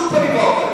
בשום פנים ואופן.